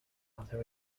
other